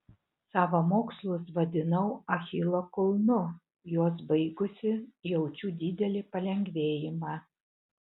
savo mokslus vadinau achilo kulnu juos baigusi jaučiu didelį palengvėjimą